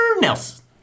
Nelson